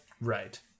Right